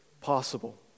possible